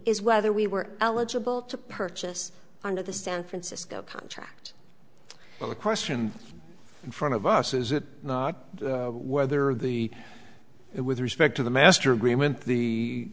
is whether we were eligible to purchase under the san francisco contract but the question in front of us is it not whether the it with respect to the master agreement the